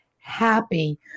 Happy